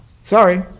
Sorry